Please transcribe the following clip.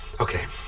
Okay